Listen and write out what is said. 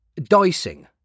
dicing